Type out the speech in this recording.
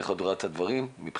איך את רואה את הדברים מבחינתכם?